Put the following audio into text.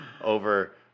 over